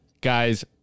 guys